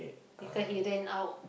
because he ran out